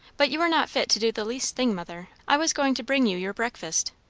but you are not fit to do the least thing, mother. i was going to bring you your breakfast.